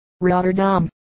Rotterdam